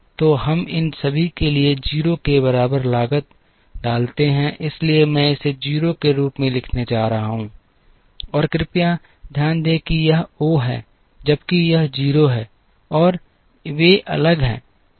तो हम इन सभी के लिए 0 के बराबर लागत डालते हैं इसलिए मैं इसे 0 के रूप में लिखने जा रहा हूं और कृपया ध्यान दें कि यह ओ है जबकि यह 0 है और वे अलग हैं